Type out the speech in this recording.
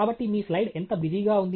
కాబట్టి మీ స్లయిడ్ ఎంత బిజీగా ఉంది